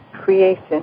creation